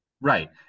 right